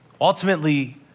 Ultimately